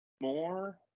more